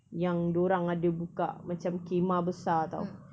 yang dia orang ada buka macam khemah besar [tau]